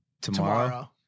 Tomorrow